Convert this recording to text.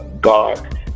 God